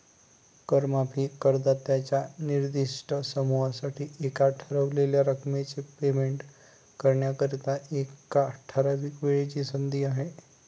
कर माफी करदात्यांच्या निर्दिष्ट समूहासाठी एका ठरवलेल्या रकमेचे पेमेंट करण्याकरिता, एका ठराविक वेळेची संधी आहे